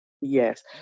yes